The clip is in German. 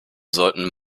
sollten